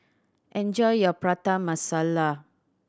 enjoy your Prata Masala